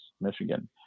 Michigan